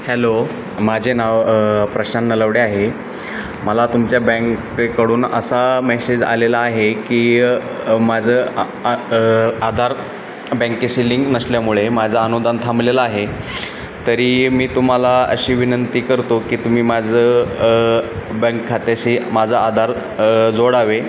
hello माझे नाव प्रशान नलावडे आहे मला तुमच्या बँकेकडून असा मेसेज आलेला आहे की माझं आ आ आधार बँकेशी लिंक नसल्यामुळे माझा अनुदान थांबलेलं आहे तरी मी तुम्हाला अशी विनंती करतो की तुम्ही माझं बँक खात्याशी माझं आधार जोडावे